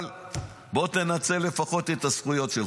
אבל בוא תנצל לפחות את הזכויות שלך.